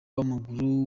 w’amaguru